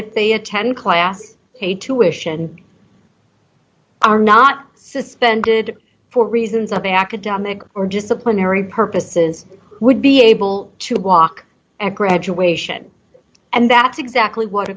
if they attend classes paid tuition are not suspended for reasons of academic or disciplinary purposes would be able to walk at graduation and that's exactly what